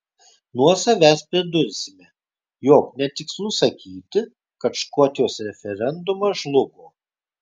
nuo savęs pridursime jog netikslu sakyti kad škotijos referendumas žlugo